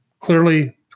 clearly